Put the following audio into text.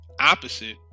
opposite